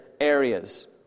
areas